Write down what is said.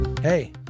Hey